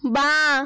বাঁ